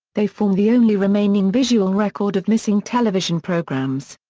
they form the only remaining visual record of missing television programmes.